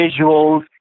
visuals